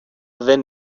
δεν